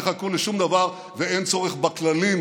ואין צורך בכללים,